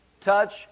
touch